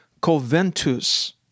Coventus